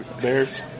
bears